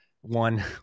one